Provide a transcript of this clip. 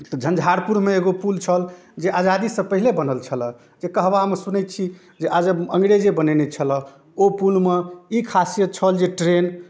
तऽ झँझारपुरमे एगो पुल छल जे आजादीसँ पहिले बनल छल जे कहबामे सुनै छी जे आ जे अङ्गरेजे बनेने छलऽ ओ पुलमे ई खासियत छल जे ट्रेन